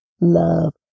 love